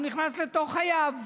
והוא נכנס לתוך חייו.